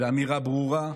ואמירה ברורה: